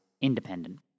independent